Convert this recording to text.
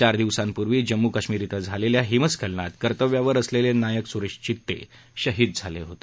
चार दिवसांपर्वी जम्म् काश्मीर इथं झालेल्या हिमस्खलनात कर्तव्यावर असलेले नायक स्रेश चित्ते शहिद झाले होते